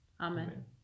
Amen